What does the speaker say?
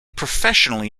professionally